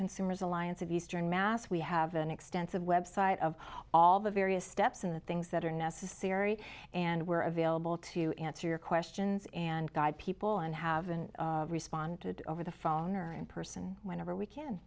consumers alliance of eastern mass we have an extensive web site of all the various steps in the things that are necessary and we're available to answer your questions and guide people and haven't responded over the phone or in person whenever we can